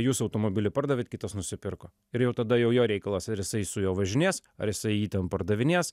jūs automobilį pardavėt kitas nusipirko ir jau tada jau jo reikalas ar jisai su juo važinės ar jisai jį ten pardavinės